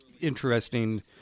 interesting